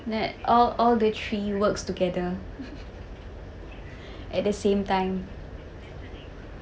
that all all the three works together at the same time